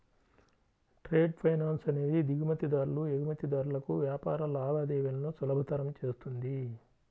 trade finance అనేది దిగుమతిదారులు, ఎగుమతిదారులకు వ్యాపార లావాదేవీలను సులభతరం చేస్తుంది